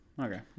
Okay